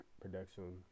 production